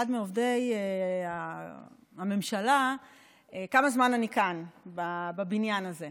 מעובדי הממשלה כמה זמן אני כאן בבניין הזה.